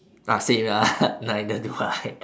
ah same lah neither do I